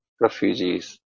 refugees